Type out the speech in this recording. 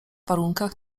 warunkach